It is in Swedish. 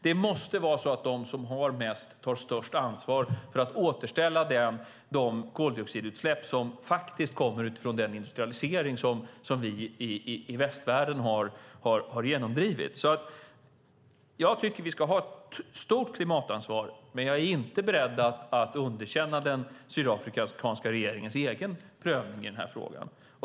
Det måste vara så att de som har mest tar störst ansvar för att återställa de koldioxidutsläpp som kommer från den industrialisering som vi i västvärlden har genomdrivit. Vi ska ta ett stort klimatansvar, men jag är inte beredd att underkänna den sydafrikanska regeringens egen prövning i denna fråga.